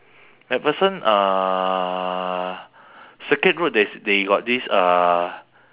macpherson uh circuit road there's they got this uh